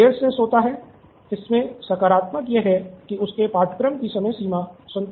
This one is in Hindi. वह देर से सोता है इसमे सकारात्मक यह है कि उसके पाठ्यक्रम की समय सीमा संतुष्ट होती है